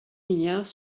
milliards